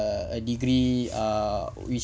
a a degree uh which